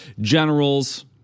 generals